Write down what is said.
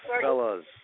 fellas